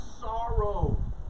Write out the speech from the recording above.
sorrow